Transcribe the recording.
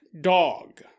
dog